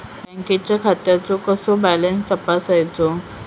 बँकेच्या खात्याचो कसो बॅलन्स तपासायचो?